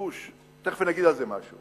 קשקוש, תיכף אני אגיד על זה משהו.